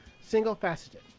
single-faceted